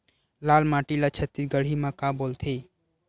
लाल माटी ला छत्तीसगढ़ी मा का बोलथे?